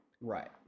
Right